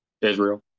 Israel